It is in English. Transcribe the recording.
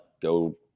go